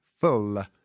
full